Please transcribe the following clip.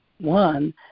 one